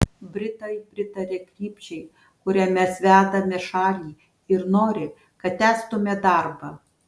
britai pritaria krypčiai kuria mes vedame šalį ir nori kad tęstume darbą